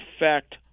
effect